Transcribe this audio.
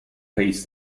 pays